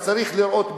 צריך לראות,